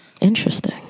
Interesting